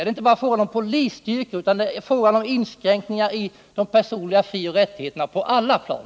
Det är inte bara fråga om polisstyrkor utan om inskränkningar i de personliga frioch rättigheterna på alla plan.